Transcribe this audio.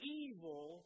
evil